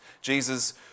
Jesus